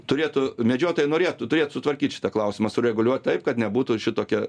turėtų medžiotojai norėtų turėt sutvarkyt šitą klausimą sureguliuot taip kad nebūtų šitokia